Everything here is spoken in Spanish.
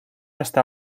hasta